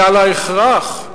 ועל ההכרח,